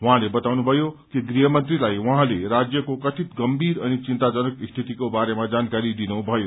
उहाँले बताउनुभयो कि गृहमन्त्रीलाई उहाँले राज्यको कथित गम्मीर अनि चिन्ताजनक स्थितिको बारेमा जानकारी दिनुभयो